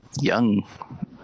young